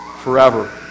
forever